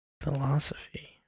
philosophy